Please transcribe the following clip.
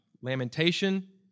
Lamentation